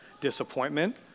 disappointment